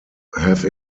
have